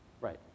Right